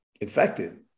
infected